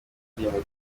ndirimbo